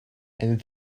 and